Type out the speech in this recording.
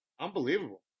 Unbelievable